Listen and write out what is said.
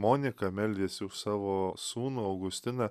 monika meldėsi už savo sūnų augustiną